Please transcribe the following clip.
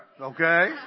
okay